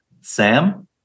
Sam